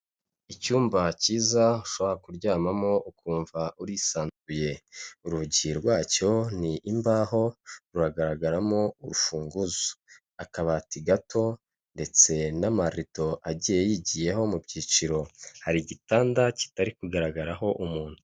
Icyumba kiza ushobora kuryamamo ukumva urisanzuye. Urugi rwacyo ni imbaho, ruragaragaramo urufunguzo. Akabati gato ndetse n'amarido agiye yigiyeho mu byiciro, hari igitanda kitari kugaragaraho umuntu.